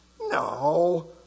No